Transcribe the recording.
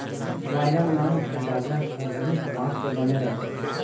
violin नांव के बाजा ह घलो बांस के बने रथे